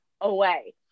away